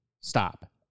stop